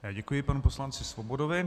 Já děkuji panu poslanci Svobodovi.